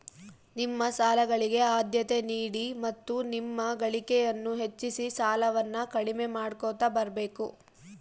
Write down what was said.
ನಿಮ್ಮ ಸಾಲಗಳಿಗೆ ಆದ್ಯತೆ ನೀಡಿ ಮತ್ತು ನಿಮ್ಮ ಗಳಿಕೆಯನ್ನು ಹೆಚ್ಚಿಸಿ ಸಾಲವನ್ನ ಕಡಿಮೆ ಮಾಡ್ಕೊಂತ ಬರಬೇಕು